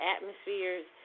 atmospheres